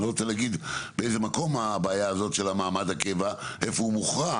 אני לא רוצה להגיד באיזה מקום הבעיה הזאת של מעמד הקבע והיכן הוא מוכרע.